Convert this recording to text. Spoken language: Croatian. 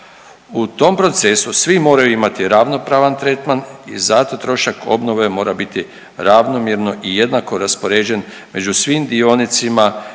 U tom procesu svi moraju imati ravnopravan tretman i zato trošak obnove mora biti ravnomjerno i jednako raspoređen među svim dionicima